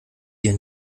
dir